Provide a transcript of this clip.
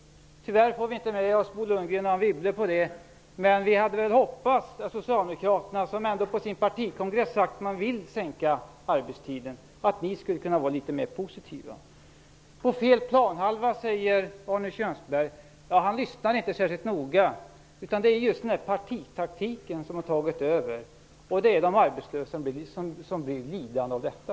Tyvärr får vi inte med oss Bo Lundgren och Anne Wibble på det, men vi hade hoppats att Socialdemokraterna, som vid sin partikongress sagt att de vill sänka arbetstiden, skulle ha varit litet mera positiva. Fel planhalva, säger Arne Kjörnsberg. Han lyssnar inte särskilt noga, utan det är just partitaktiken som har tagit över. Det är de arbetslösa som blir lidande av detta.